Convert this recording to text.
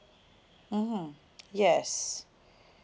mmhmm yes